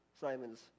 Simon's